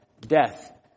Death